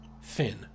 Finn